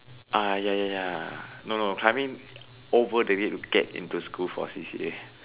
ah ya ya ya no no climbing over the gate to get into school for C_C_A